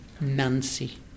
Nancy